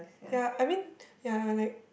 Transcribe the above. ya I mean ya like